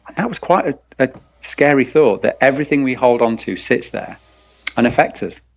that was quite a scary thought that everything we hold onto sits there and affects us